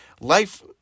life